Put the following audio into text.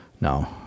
No